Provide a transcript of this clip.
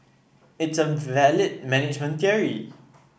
it's a valid management theory